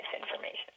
misinformation